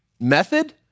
method